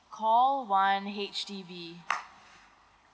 call one H_D_B